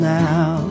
now